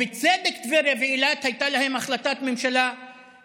בצדק טבריה ואילת, הייתה להן החלטה מיוחדת,